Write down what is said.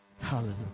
Hallelujah